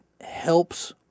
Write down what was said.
helps